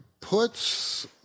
puts